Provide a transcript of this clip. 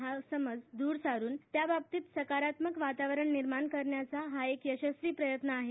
हा समज दर सारून त्याबद्दल सकारात्क वातावरण निर्माण करण्याचा हा यशस्वी प्रयत्न आहे